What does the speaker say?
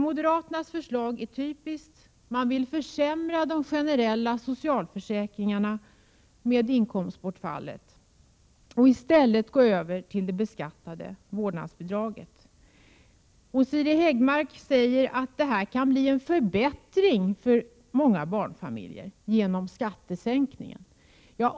Moderaternas förslag är typiskt: de vill försämra de generella socialförsäkringarna med inkomstbortfallet och i stället gå över till beskattade vårdnadsbidrag. Siri Häggmark säger att detta kan innebära en förbättring för många barnfamiljer genom skattesänkningen.